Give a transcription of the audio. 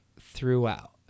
throughout